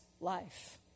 life